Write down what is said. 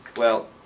well,